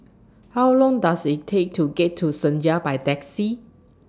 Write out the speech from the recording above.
How Long Does IT Take to get to Senja By Taxi